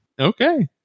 okay